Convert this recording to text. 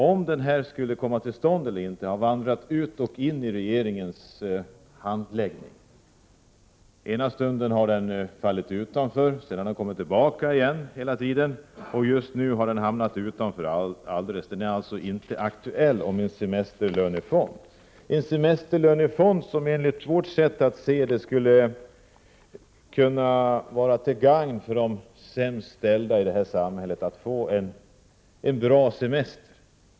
Frågan om införandet om en semesterlönefond har vandrat fram och tillbaka i regeringens handläggning. Den ena stunden har frågan fallit bort och nästa stund har den kommit tillbaka igen. Just nu är frågan om en semesterlönefond inte aktuell alls. Enligt vårt sätt att se skulle en semesterlönefond bidra till att ge de sämst ställda i vårt samhälle en bra semester.